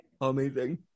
amazing